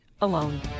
alone